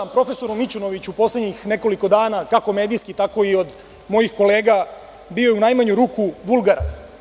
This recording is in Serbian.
Odnos prema profesoru Mićunoviću u poslednjih nekoliko dana, kako medijski, tako i od mojih kolega, bio je u najmanju ruku vulgaran.